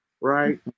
right